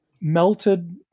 melted